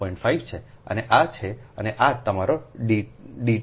5 છે અને આ 2 છે અને આ તમારો d છે 2